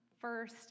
First